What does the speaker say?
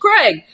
Craig